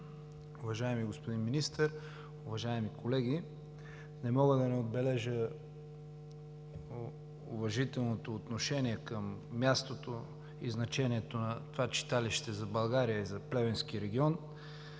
Уважаеми господин Министър, уважаеми колеги! Не мога да не отбележа уважителното отношение към мястото и значението на това читалище за България и за Плевенския регион.